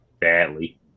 badly